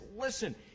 listen